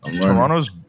Toronto's